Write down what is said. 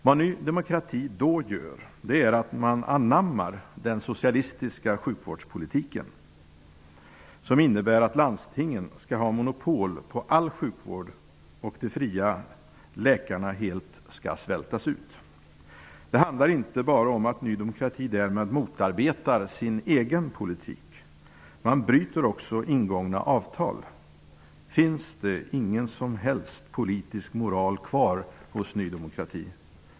Vad Ny demokrati då gör är att man anammar den socialistiska sjukvårdspolitiken, som innebär att landstingen skall ha monopol på all sjukvård och att de fria läkarna helt skall svältas ut. Det handlar inte bara om att Ny demokrati därmed motarbetar sin egen politik, man bryter också ingångna avtal. Finns det ingen som helst politisk moral kvar hos Ny demokrati?